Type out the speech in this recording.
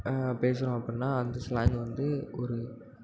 பேசுகிறோம் அப்புடினா அந்த ஸ்லாங்க் வந்து ஒரு